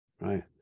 right